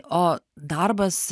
o darbas